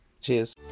Cheers